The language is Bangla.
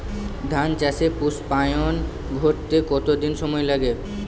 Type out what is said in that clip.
ধান চাষে পুস্পায়ন ঘটতে কতো দিন সময় লাগে?